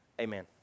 Amen